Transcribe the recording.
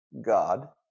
God